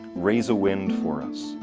raise a wind for us,